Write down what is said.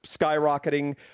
skyrocketing